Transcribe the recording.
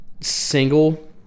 single